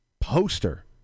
poster